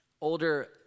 older